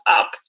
up